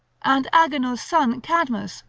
and agenor's son, cadmus,